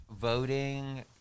voting